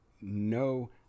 no